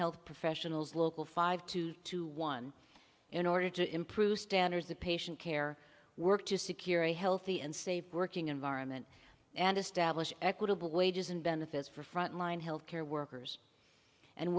health professionals local five two to one in order to improve standards the patient care work to secure a healthy and safe working environment and establish equitable wages and benefits for frontline health care workers and